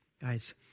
Guys